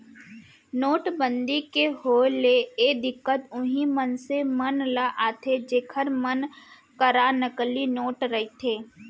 नोटबंदी के होय ले ए दिक्कत उहीं मनसे मन ल आथे जेखर मन करा नकली नोट रहिथे